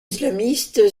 islamiste